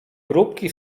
grupki